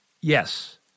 yes